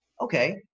okay